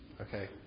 okay